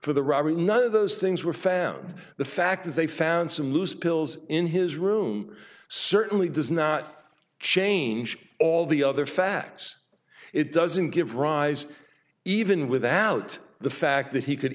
for the robbery none of those things were found the fact is they found some loose pills in his room certainly does not change all the other facts it doesn't give rise even without the fact that he could